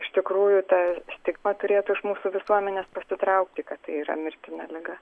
iš tikrųjų ta stigma turėtų iš mūsų visuomenės pasitraukti kad tai yra mirtina liga